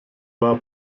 war